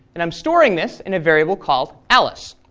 and i'm storing this in a variable called alice.